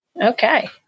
Okay